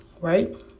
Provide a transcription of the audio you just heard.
right